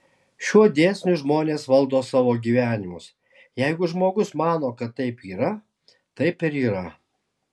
šiuo dėsniu žmonės valdo savo gyvenimus jeigu žmogus mano kad taip yra taip ir yra